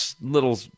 little